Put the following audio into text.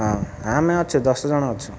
ହଁ ଆମେ ଅଛୁ ଦଶ ଜଣ ଅଛୁ